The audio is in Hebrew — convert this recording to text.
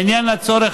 לעניין הצורך